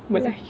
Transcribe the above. melayu